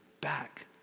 back